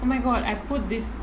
oh my god I put this